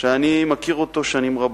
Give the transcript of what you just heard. שאני מכיר אותו שנים רבות: